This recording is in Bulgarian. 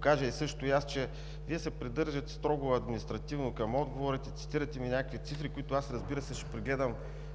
кажа същото и аз, че Вие се придържате строго административно към отговорите, цитирате ми някакви цифри, които, разбира се, ще прегледам